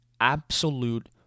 absolute